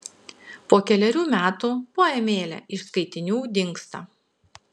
po kelerių metų poemėlė iš skaitinių dingsta